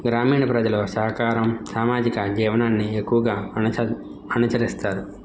గ్రామీణ ప్రజలు సహకారం సామాజిక జీవనాన్ని ఎక్కువగా అనుచ అనుచరిస్తారు